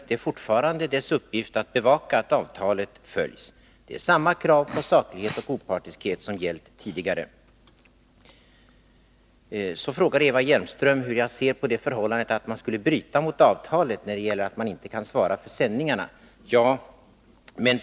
Det är fortfarande dess uppgift att bevaka att avtalet följs. Det är samma krav på saklighet och opartiskhet som gällt tidigare. Så frågar Eva Hjelmström hur jag ser på det förhållandet att man skulle bryta mot avtalet när man säger att man inte kan svara för sändningarna.